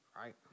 right